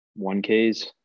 1ks